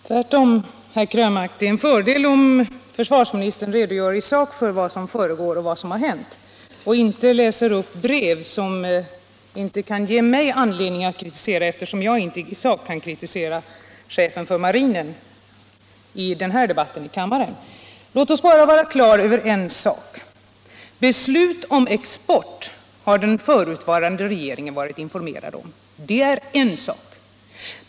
Herr talman! Tvärtom, herr Krönmark: Det är en fördel om försvarsministern redogör i sak för vad som försiggår och vad som har hänt, i stället för att läsa upp brev som inte kan ge mig anledning till kritik, eftersom jag inte i sak kan kritisera chefen för marinen i denna kammardebatt. Låt mig klargöra en sak: beslut om export har den förutvarande re geringen varit informerad om, och det är en sak.